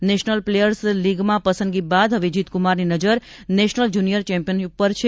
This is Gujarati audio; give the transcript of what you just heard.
નેશનલ પ્લેયર્સ લિગમાં પસંગદી બાદ હવે જીતકુમારની નજર નેશનલ જુનિયર ચેમ્પિયનશીપ ઉપર છે